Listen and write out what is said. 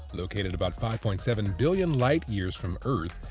located about five point seven billion light years from earth,